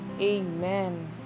Amen